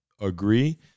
agree